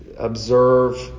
Observe